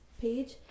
page